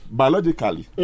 biologically